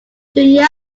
junior